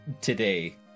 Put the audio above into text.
today